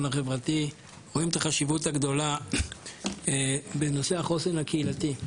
החברתי רואים את החשיבות הגדולה בנושא החוסן הקהילתי.